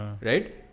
Right